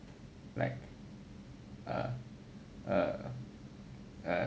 like err err err